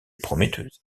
prometteuse